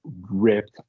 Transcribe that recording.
ripped